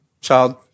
child